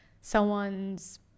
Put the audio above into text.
someone's